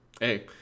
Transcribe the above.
hey